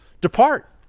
Depart